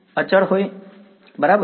અચળ બરાબર